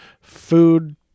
food